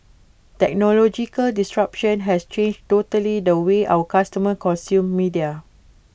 technological disruption has totally changed the way our customers consume media